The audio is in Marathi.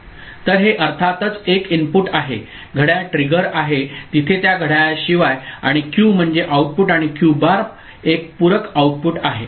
तर हे अर्थातच एक इनपुट आहे घड्याळ ट्रिगर आहे तिथे त्या घड्याळाशिवाय आणि क्यू म्हणजे आउटपुट आणि क्यू बार एक पूरक आउटपुट आहे